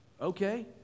Okay